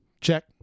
Check